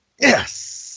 Yes